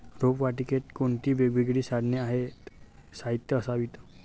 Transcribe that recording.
रोपवाटिकेत कोणती वेगवेगळी साधने आणि साहित्य असावीत?